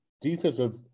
defensive